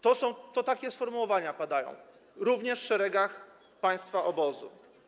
Takie sformułowania padają również w szeregach państwa obozu.